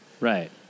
Right